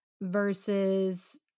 versus